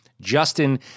Justin